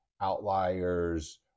outliers